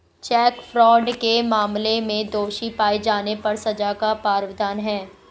check fraud के मामले में दोषी पाए जाने पर सजा का प्रावधान है